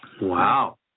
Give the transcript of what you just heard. Wow